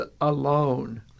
alone